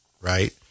right